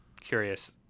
curious